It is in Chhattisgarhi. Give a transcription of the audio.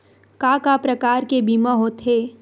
का का प्रकार के बीमा होथे?